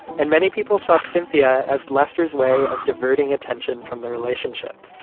and many people saw cynthia as lester's way of diverting attention from the relationship.